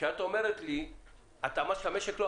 כשאת אומרת התאמה של המשק לא,